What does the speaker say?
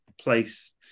place